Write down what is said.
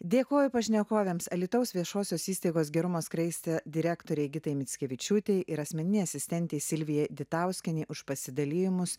dėkoju pašnekovėms alytaus viešosios įstaigos gerumo skraistė direktorei gitai mickevičiūtei ir asmeninė asistentė silvijai ditauskienei už pasidalijimus